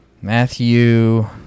Matthew